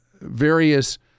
various